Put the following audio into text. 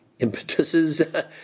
Impetuses